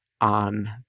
on